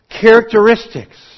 characteristics